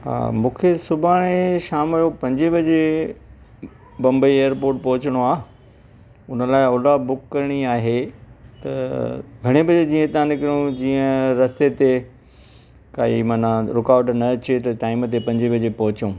हा मूंखे सुभाणे शाम जो पंजे बजे बम्बई एयरपोर्ट पहुचणो आहे उन लाइ ओला बुक करिणी आहे त घणे बजे जीअं हितां निकिरूं जीअं रस्ते ते काई माना रुकावट न अचे त टाइम ते पंजे बजे पहुचूं